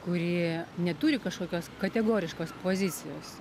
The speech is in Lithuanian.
kur neturi kažkokios kategoriškos pozicijos